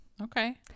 Okay